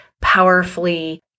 powerfully